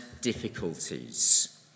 difficulties